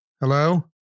Hello